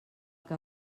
que